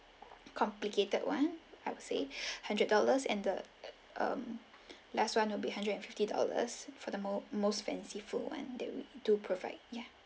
complicated one I would say hundred dollars and the um last one will be hundred and fifty dollars for the most most fanciful one they do provide ya